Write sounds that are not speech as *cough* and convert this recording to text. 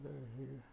*unintelligible*